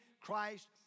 Christ